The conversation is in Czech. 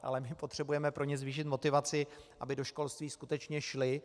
Ale my pro ně potřebujeme zvýšit motivaci, aby do školství skutečně šli.